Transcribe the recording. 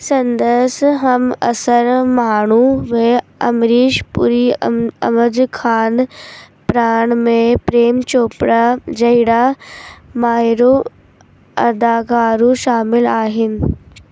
संदसि हमअसर माण्हू में अमरीश पुरी अम अमज ख़ान प्राण में प्रेम चोपड़ा जहिड़ा माहिरु अदाकारु शामिल आहिनि